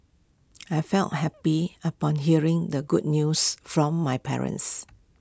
I felt happy upon hearing the good news from my parents